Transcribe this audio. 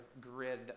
grid